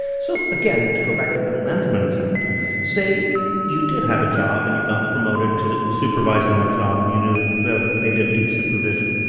so again, to go back to the middle management example, say you did have a job, and you got promoted to supervising that job, and you knew that they didn't need supervision.